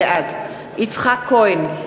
בעד יצחק כהן,